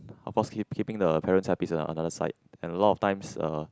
of course kee~ keeping the parents happy is another side and a lot of times uh